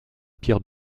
pierre